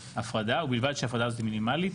הפרדה, ובלבד שההפרדה הזאת מינימלית.